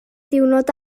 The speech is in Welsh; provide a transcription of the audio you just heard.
diwrnod